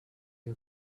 you